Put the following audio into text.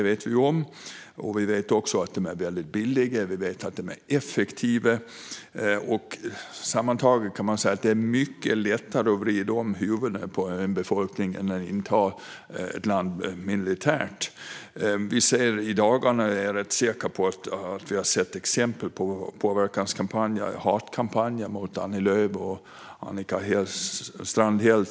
Vi vet också att de är väldigt billiga och effektiva. Sammantaget kan man säga att det är mycket lättare att vrida om huvudena på en befolkning än att inta ett land militärt. I dagarna är jag rätt säker på att vi har sett exempel på påverkanskampanjer, hatkampanjer, mot till exempel Annie Lööf och Annika Strandhäll.